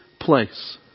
place